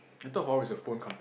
I thought Huawei is a phone company